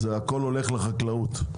הכול הולך לחקלאות,